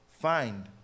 find